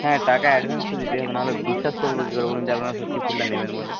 হ্যাঁ টাকা অ্যাডভান্স তো দিতেই হবে নাহলে বিশ্বাস করবো কীভাবে বলুন আপনারা সত্যি ফুলটা নেবেন বলে